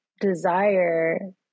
desire